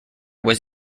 was